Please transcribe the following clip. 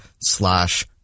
slash